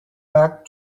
back